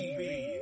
TV